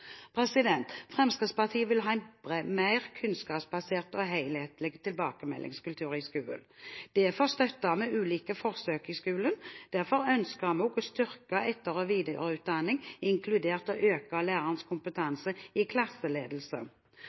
Fremskrittspartiet vil ha en mer kunnskapsbasert og helhetlig tilbakemeldingskultur i skolen. Derfor støtter vi ulike forsøk i skolen, og derfor ønsker vi å styrke etter- og videreutdanning, inkludert å øke lærernes kompetanse i klasseledelse.